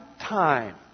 time